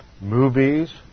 movies